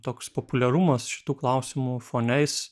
toks populiarumas šitų klausimų fone jis